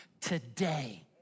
today